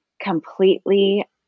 completely